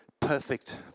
perfect